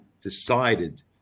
decided